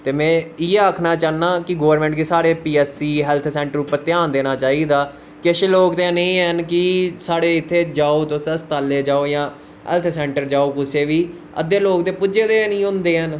ते में इ'यै आखना चाह्ना कि गोर्मेंट गी साढ़े पीएचसी हेल्थ सेंटर पर धयान देना चाहिदा केश लोक जानि कि साढ़े इत्थे जाओ तुस अस्तालें जाओ जां हेल्थ सेंटर जाओ कुसे बी लोक ते पुज्जे दे गै नीं होंदे हैन